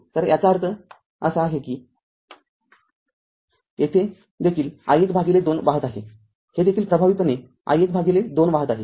तर याचा अर्थ असा आहे की येथे देखील i१ भागिले २ वाहत आहे येथे देखील प्रभावीपणे i१ भागिले २ वाहत आहे